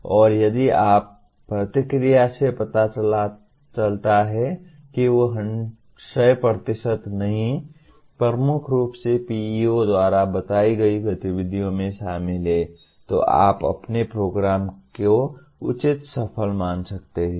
और यदि आपकी प्रतिक्रिया से पता चलता है कि वे 100 नहीं प्रमुख रूप से PEO द्वारा बताई गई गतिविधियों में शामिल हैं तो आप अपने प्रोग्राम को उचित सफल मान सकते हैं